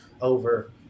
over